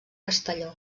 castelló